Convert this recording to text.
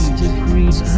degrees